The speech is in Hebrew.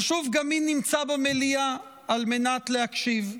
חשוב גם מי נמצא במליאה על מנת להקשיב.